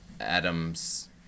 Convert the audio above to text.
Adam's